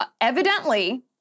evidently